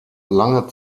lange